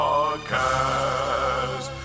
Podcast